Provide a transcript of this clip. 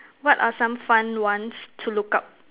what are some fun ones to look up